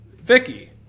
Vicky